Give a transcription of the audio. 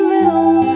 Little